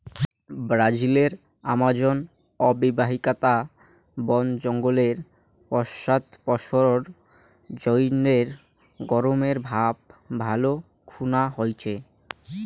ব্রাজিলর আমাজন অববাহিকাত বন জঙ্গলের পশ্চাদপসরণ জইন্যে গরমের ভাব ভালে খুনায় হইচে